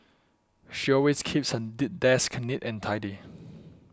she always keeps her desk neat and tidy